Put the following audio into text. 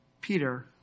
Peter